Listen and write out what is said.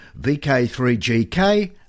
VK3GK